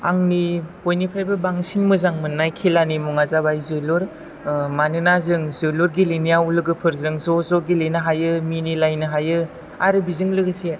आंनि बयनिफ्रायबो बांसिन मोजां मोननाय खेलानि मुङा जाबाय जोलुर मानोना जों जोलुर गेलेनायाव लोगोफोरजों ज' ज' गेलेनो हायो मिनिलायनो हायो आरो बिजों लोगोसे